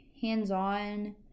hands-on